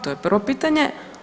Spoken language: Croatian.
To je prvo pitanje.